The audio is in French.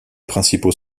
principaux